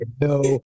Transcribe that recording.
no